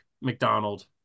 McDonald